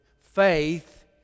Faith